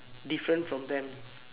different from them